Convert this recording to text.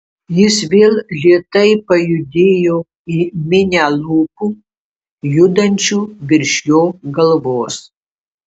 jis vėl lėtai pajudėjo į minią lūpų judančių virš jo galvos